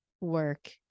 work